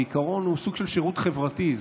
בעיקרון, היא סוג של שירות חברתי.